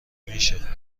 میشه